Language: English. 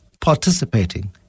participating